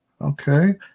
okay